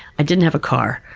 i didn't have a car.